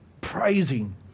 praising